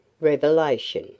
Revelation